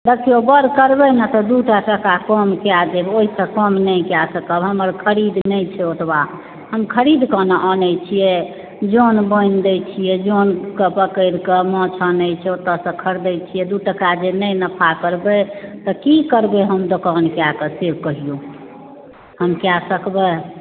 देखिऔ बड़ करबै ने तऽ दुटा टाका कम कए देब ओहिसँ कम नहि कए सकब हमर खरीद नहि छै ओतबा हम खरीद कऽ ने आनै छियै जन बन दै छियै जन कऽ पकड़ि कऽ माछ आनै छै ओतऽ सँ खरीदै छियै दू टका जे नहि नफा करबै तऽ की करबै हम दोकान कए कऽ से कहिऔ हम कए सकबै